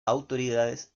autoridades